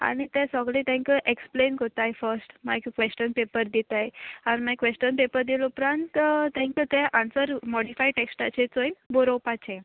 आनी तें सोगलें तांकां एक्सप्लेन कोत्ताय फस्ट मागीर क्वेश्चन पेपर दिताय आनी मागीर क्वेशन पेपर दिले उपरांत तेंका ते आन्सर मॉडिफाय टॅक्स्टाचेर चोयन बरोवपाचें